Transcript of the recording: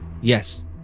Yes